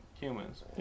humans